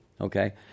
Okay